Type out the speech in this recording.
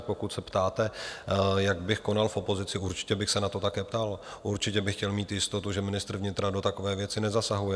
Pokud se ptáte, jak bych konal v opozici, určitě bych se na to také ptal, určitě bych chtěl mít jistotu, že ministr vnitra do takové věci nezasahuje.